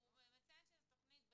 הוא מציין שזו תכנית 'בטרם'.